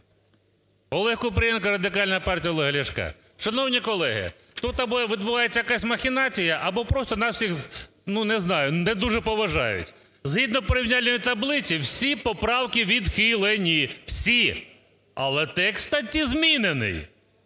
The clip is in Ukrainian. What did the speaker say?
Олег Купрієнко, Радикальна партія Олега Ляшка. Шановні колеги, тут або відбувається якась махінація, або просто нас всіх, ну не знаю, не дуже поважають. Згідно порівняльної таблиці всі поправки відхилені. Всі! Але текст, кстаті, змінений.